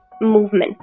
movement